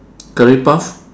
curry puff